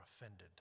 offended